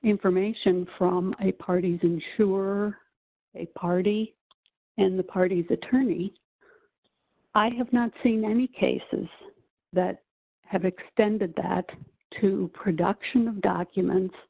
information from the parties ensure a party and the parties attorney i have not seen any cases that have extended that to production of documents